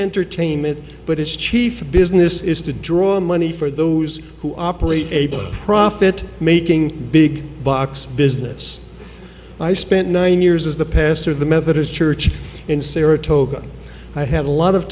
entertainment but its chief business is to draw money for those who operate a profit making big bucks business i spent nine years as the pastor of the methodist church in saratoga i have a lot of